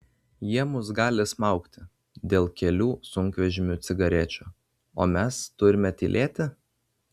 jie mus gali smaugti dėl kelių sunkvežimių cigarečių o mes turime tylėti